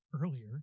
earlier